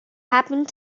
happened